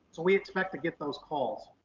so we expect to get those calls.